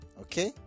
Okay